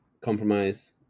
compromise